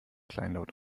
kleinlaut